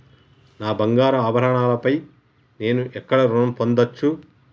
నా బంగారు ఆభరణాలపై నేను ఎక్కడ రుణం పొందచ్చు?